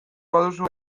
baduzu